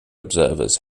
observers